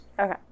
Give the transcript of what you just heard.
Okay